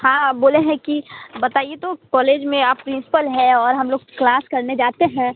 हाँ बोले हैं कि बताइए तो कौलेज में आप प्रिंसपल हैं और हम लोग क्लास करने जाते हैं